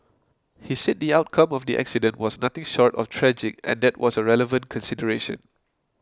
he said the outcome of the accident was nothing short of tragic and that was a relevant consideration